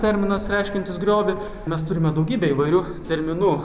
terminas reiškiantis griovį mes turime daugybę įvairių terminų